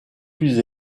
plus